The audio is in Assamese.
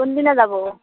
কোনদিনা যাব